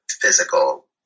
physical